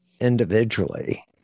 individually